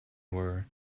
were